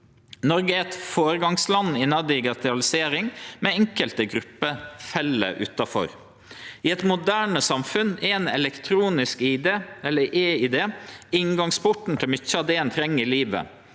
Noreg er eit føregangsland innan digitalisering, men enkelte grupper fell utanfor. I eit moderne samfunn er ein elektronisk ID, eller e-ID, inngangsporten til mykje av det ein treng i livet,